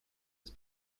has